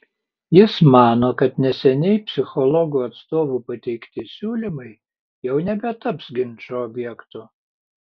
jis mano kad neseniai psichologų atstovų pateikti siūlymai jau nebetaps ginčo objektu